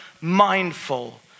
mindful